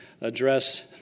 address